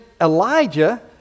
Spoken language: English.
Elijah